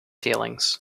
feelings